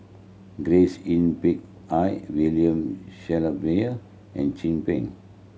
Grace Yin Peck Ha William Shellabear and Chin Peng